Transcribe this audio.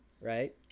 right